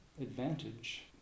advantage